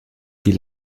die